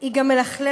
היא גם מלכלכת,